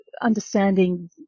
understanding